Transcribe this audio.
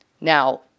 Now